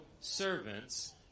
servants